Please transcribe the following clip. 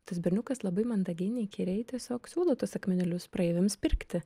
tas berniukas labai mandagiai neįkyriai tiesiog siūlo tuos akmenėlius praeiviams pirkti